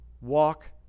walk